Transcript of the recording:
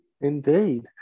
Indeed